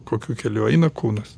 kokiu keliu eina kūnas